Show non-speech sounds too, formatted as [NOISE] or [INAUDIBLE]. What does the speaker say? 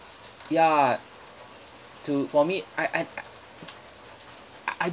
ya to for me I I I [NOISE] I I